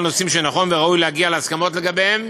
על נושאים שנכון וראוי להגיע להסכמות לגביהם